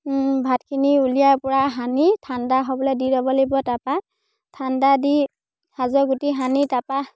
ভাতখিনি উলিয়াই পূৰা সানি ঠাণ্ডা হ'বলৈ দি ল'ব লাগিব তাৰপৰা ঠাণ্ডা দি সাজৰ গুটি সানি তাৰপৰা